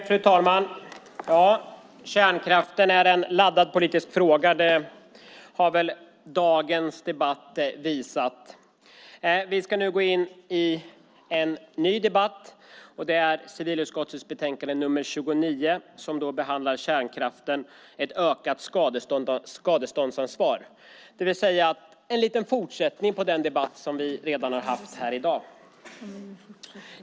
Fru talman! Ja, kärnkraften är en laddad politisk fråga; det har väl dagens debatt visat. Vi går nu in i en ny debatt. Det gäller civilutskottets betänkande 29 Kärnkraften - ökat skadeståndsansvar - en liten fortsättning på den debatt som vi haft här i dag.